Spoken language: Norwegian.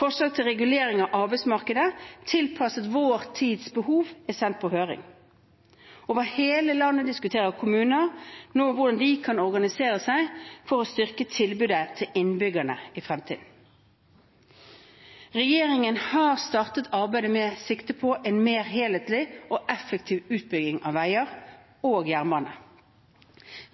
Forslag til regulering av arbeidsmarkedet tilpasset vår tids behov er sendt på høring. Over hele landet diskuterer kommuner nå hvordan de kan organisere seg for å styrke tilbudet til innbyggerne i fremtiden. Regjeringen har startet arbeidet med sikte på en mer helhetlig og effektiv utbygging av veier og jernbane.